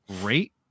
great